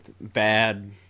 bad